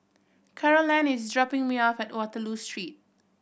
Carolann is dropping me off at Waterloo Street